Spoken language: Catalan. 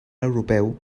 europeu